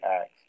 acts